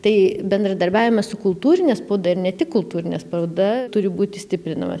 tai bendradarbiavimas su kultūrine spauda ir ne tik kultūrine spauda turi būti stiprinamas